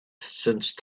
since